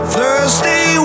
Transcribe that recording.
Thursday